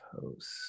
Post